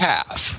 Half